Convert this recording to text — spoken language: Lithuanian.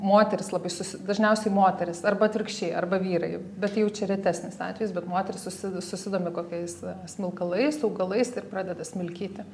moterys labai susi dažniausiai moterys arba atvirkščiai arba vyrai bet tai jau čia retesnis atvejis bet moterys susi susidomi kokiais smilkalais augalais ir pradeda smilkyti